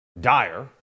dire